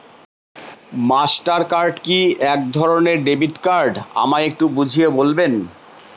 Master card কি একধরণের debit card আমায় একটু বুঝিয়ে বলবেন?